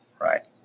Right